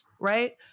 right